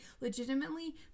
legitimately